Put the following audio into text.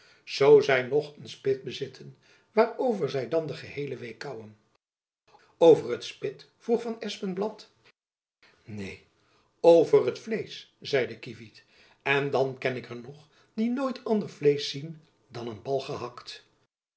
zoo zy nog een spit bezitten waarover zy dan de geheele week kaauwen over het spit vroeg van espenblad neen over het vleesch zeide kievit en dan ken ik er nog die nooit ander vleesch zien dan een bal gehakt